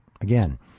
Again